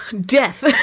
death